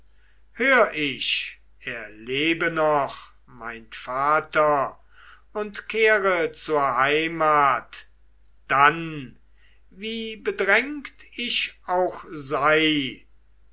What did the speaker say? hör ich er lebe noch mein vater und kehre zur heimat dann wie bedrängt ich auch sei